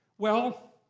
well,